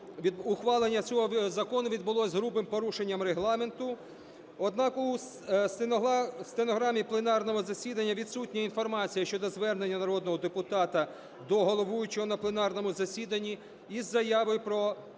ухвалення цього Закону відбулося з грубим порушенням Регламенту. Однак у стенограмі пленарного засідання відсутня інформація щодо звернення народного депутата до головуючого на пленарному засіданні із заявою про